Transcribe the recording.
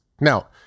Now